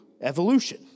evolution